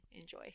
enjoy